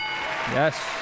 Yes